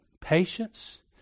patience